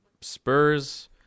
Spurs